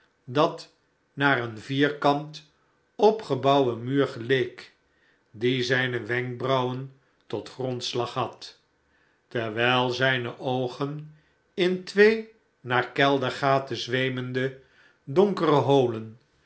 dat naar een vierkant opgebouwden muur geleek die zijne wenkbrauwen tot grondslag had terwijl zijne oogen in twee naar keldergaten zweemende donkere holen